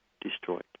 destroyed